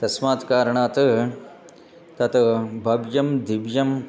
तस्मात् कारणात् तत् भव्यं दिव्यं